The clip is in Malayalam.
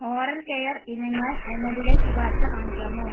ഓറൽ കെയർ ഇനങ്ങൾ എന്നതിലെ ശുപാർശ കാണിക്കാമോ